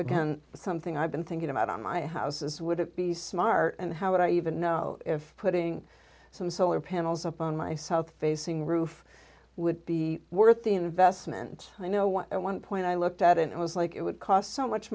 again something i've been thinking about on my house is would it be smart and how would i even know if putting some solar panels up on my south facing roof would be worth the investment i know what one point i looked at it was like it would cost so much